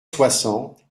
soixante